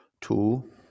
Two